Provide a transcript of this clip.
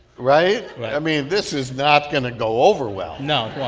right? i mean, this is not going to go over well no, yeah